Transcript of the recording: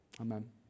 Amen